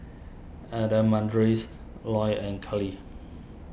Adamaris Loy and Cali